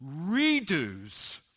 redoes